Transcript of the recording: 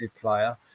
player